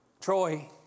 Troy